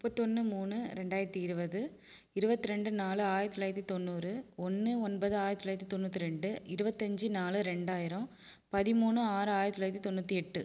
முப்பத்தொன்று மூணு ரெண்டாயிரத்தி இருபது இருபத்ரெண்டு நாலு ஆயிரத்தி தொள்ளாயிரத்தி தொண்ணூறு ஒன்று ஒன்பது ஆயிரத்தி தொள்ளாயிரத்தி தொண்ணூத்திரெண்டு இருபத்தஞ்சி நாலு ரெண்டாயிரம் பதிமூணு ஆறு ஆயிரத்தி தொள்ளாயிரத்தி தொண்ணூற்றி எட்டு